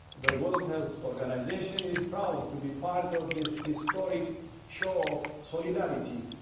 the world health organization is proud to be part of this historic show of solidarity.